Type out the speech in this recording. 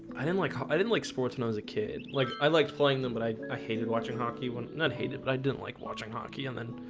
i didn't like um i didn't like sports and i was a kid like i liked flying them, but i ah hated watching hockey one not hate it but i didn't like watching hockey and then